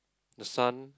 the sun